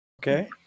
okay